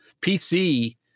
PC